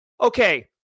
Okay